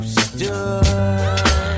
stood